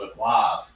Live